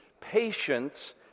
patience